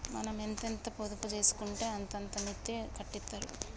మనం ఎంతెంత పొదుపు జేసుకుంటే అంతంత మిత్తి కట్టిత్తరాయె